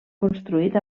construït